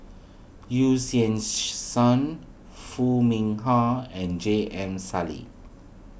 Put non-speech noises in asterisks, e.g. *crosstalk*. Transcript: Yu Xieng *unintelligible* Song Foo Mee Har and J M Sali